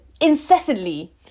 incessantly